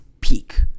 peak